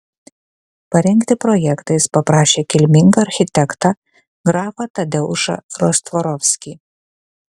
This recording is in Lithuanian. parengti projektą jis paprašė kilmingą architektą grafą tadeušą rostvorovskį